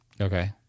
Okay